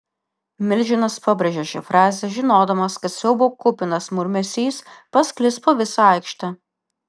milžinas pabrėžė šią frazę žinodamas kad siaubo kupinas murmesys pasklis po visą aikštę